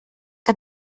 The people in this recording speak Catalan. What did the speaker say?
que